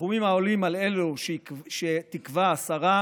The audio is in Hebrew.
בסכומים העולים על אלו שתקבע השרה,